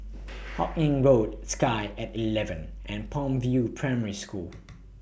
Hawkinge Road Sky At eleven and Palm View Primary School